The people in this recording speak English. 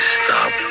stop